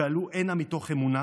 ועלו הנה מתוך אמונה